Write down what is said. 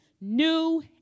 new